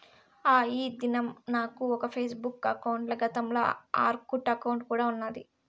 ఆ, ఈ దినం నాకు ఒక ఫేస్బుక్ బుక్ అకౌంటల, గతంల ఆర్కుట్ అకౌంటు కూడా ఉన్నాది